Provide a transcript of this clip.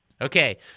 Okay